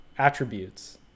attributes